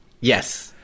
Yes